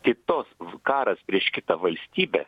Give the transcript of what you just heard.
kitos karas prieš kitą valstybę